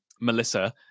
Melissa